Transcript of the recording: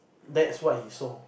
that's what he saw